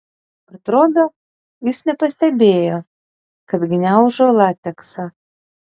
atrodo jis nepastebėjo kad gniaužo lateksą